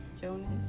Jonas